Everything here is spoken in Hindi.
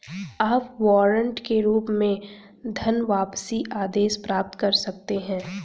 आप वारंट के रूप में धनवापसी आदेश प्राप्त कर सकते हैं